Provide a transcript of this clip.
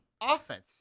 offense